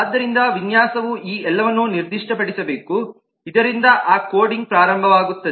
ಆದ್ದರಿಂದ ವಿನ್ಯಾಸವು ಈ ಎಲ್ಲವನ್ನು ನಿರ್ದಿಷ್ಟಪಡಿಸಬೇಕು ಇದರಿಂದ ಆ ಕೋಡಿಂಗ್ ಪ್ರಾರಂಭವಾಗುತ್ತದೆ